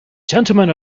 gentlemen